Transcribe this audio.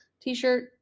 T-shirt